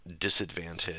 disadvantage